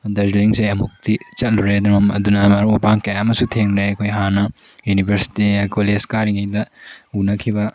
ꯗꯥꯔꯖꯤꯂꯤꯡꯁꯤ ꯑꯃꯨꯛꯇꯤ ꯆꯠꯂꯨꯔꯦ ꯑꯗꯨꯅ ꯃꯔꯨꯞ ꯃꯄꯥꯡ ꯀꯌꯥ ꯑꯃꯁꯨ ꯊꯦꯡꯅꯔꯦ ꯑꯩꯈꯣꯏ ꯍꯥꯟꯅ ꯌꯨꯅꯤꯕꯔꯁꯤꯇꯤ ꯀꯣꯂꯦꯖ ꯀꯥꯔꯤꯉꯩꯗ ꯎꯅꯈꯤꯕ